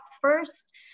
first